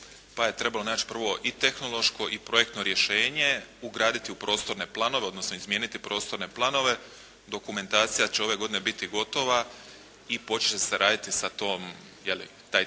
pa je trebalo naći prvo i tehnološko i projektno rješenje, ugraditi u prostorne planove, odnosno izmijeniti prostorne planove. Dokumentacija će ove godine biti gotova i početi će se raditi sa tom, je li,